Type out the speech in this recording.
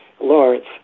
Lawrence